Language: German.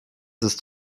ist